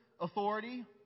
authority